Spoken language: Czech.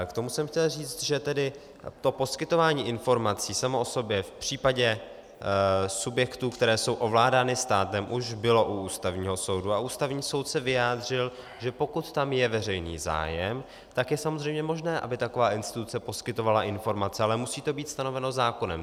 K tomu jsem chtěl říct, že to poskytování informací samo o sobě v případě subjektů, které jsou ovládány státem, už bylo u Ústavního soudu a Ústavní soud se vyjádřil, že pokud tam je veřejný zájem, tak je samozřejmě možné, aby taková instituce poskytovala informace, ale musí to být stanoveno zákonem.